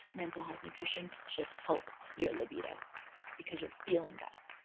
mental health nutrition should help your libido because you're feeling better.